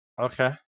Okay